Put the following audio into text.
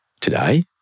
today